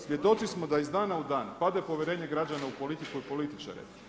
Svjedoci smo da iz dana u dan, pada povjerenje građana u politiku i političare.